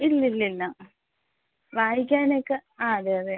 ഇല്ല ഇല്ല ഇല്ല വായിക്കാനൊക്കെ ആ അതെ അതെ